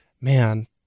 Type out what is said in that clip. man